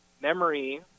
memory